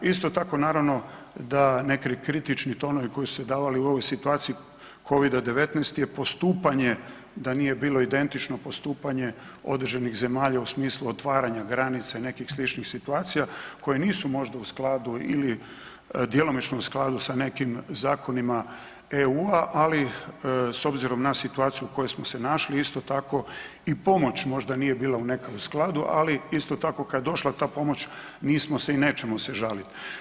Isto tako naravno da neki kritički tonovi koji su se davali u ovoj situaciji Covida-19 je postupanje, da nije bilo identično postupanje određenih zemalja u smislu otvaranja granica i nekih sličnih situacija koje nisu možda u skladu ili djelomično u skladu sa nekim zakonima EU-a, ali s obzirom na situaciju u kojoj smo se našli isto tako i pomoć možda nije bila u nekakvom skladu, ali isto tako kad je došla ta pomoć nismo se i nećemo se žaliti.